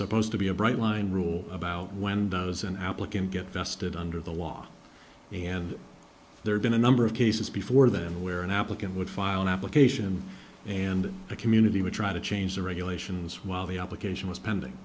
supposed to be a bright line rule about when does an applicant get vested under the law and there have been a number of cases before then where an applicant would file an application and the community would try to change the regulations while the application was pending